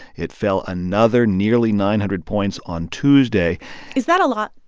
it fell another nearly nine hundred points on tuesday is that a lot?